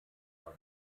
war